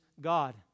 God